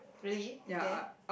really you dare